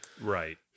Right